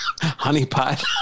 honeypot